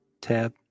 tab